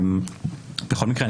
בכל מקרה,